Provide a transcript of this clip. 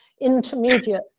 intermediate